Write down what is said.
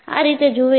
આ રીતે જુએ છે